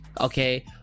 okay